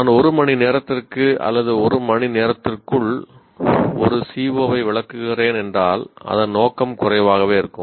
நான் ஒரு மணிநேரத்திற்கு அல்லது ஒரு மணி நேரத்திற்குள் ஒரு CO ஐ விளக்குகிறேன் என்றால் அதன் நோக்கம் குறைவாகவே இருக்கும்